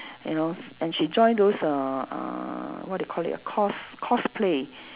you know s~ and she join those uh uh what do you call it a cos~ cosplay